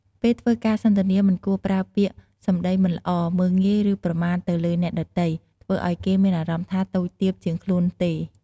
ពេលធ្វើការសន្ទនាមិនគួរប្រើពាក្យសម្តីមិនល្អ មើលងាយ ឬ ប្រមាថទៅលើអ្នកដទៃ ធ្វើឲ្យគេមានអារម្មណ៌ថាតូចទាបជាងខ្លួនទេ។